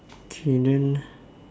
okay then